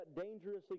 dangerously